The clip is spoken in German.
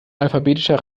alphabetischer